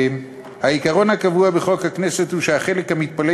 העיקרון הקבוע בחוק הכנסת הוא שהחלק המתפלג